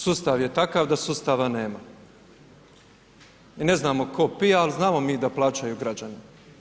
Sustav je takav da sustava nema i ne znamo to pije, ali znamo mi da plaćaju građani.